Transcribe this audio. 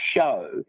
show